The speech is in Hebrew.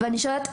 ואני שואלת,